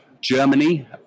Germany